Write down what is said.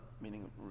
meaning